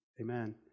Amen